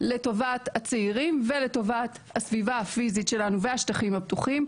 לטובת הצעירים ולטובת הסביבה הפיזית שלנו והשטחים הפתוחים,